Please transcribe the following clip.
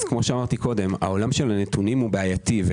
כפי שאמרתי, עולם הנתונים הוא בעייתי.